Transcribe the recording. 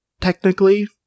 technically